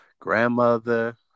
grandmother